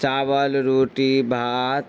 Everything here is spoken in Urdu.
چاول روٹی بھات